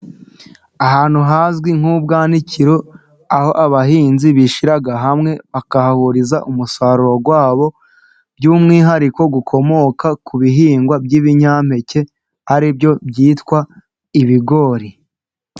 Ahantu hazwi nk'ubwanikiro, aho abahinzi bishyira hamwe bakahahuriza umusaruro wabo, by'umwihariko ukomoka ku bihingwa by'ibinyampeke, ari byo byitwa ibigori.